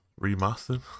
Remastered